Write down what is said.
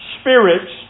spirits